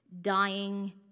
dying